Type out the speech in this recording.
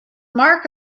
mark